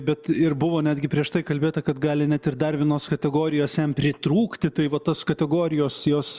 bet ir buvo netgi prieš tai kalbėta kad gali net ir dar vienos kategorijos jam pritrūkti tai va tas kategorijos jos